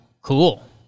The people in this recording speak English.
Cool